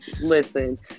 Listen